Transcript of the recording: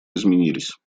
изменились